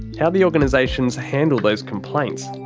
how the organisations handle the complaints.